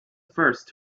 first